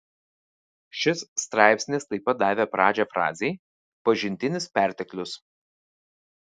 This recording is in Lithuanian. šis straipsnis taip pat davė pradžią frazei pažintinis perteklius